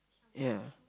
yeah